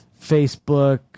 Facebook